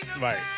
Right